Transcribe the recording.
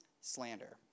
slander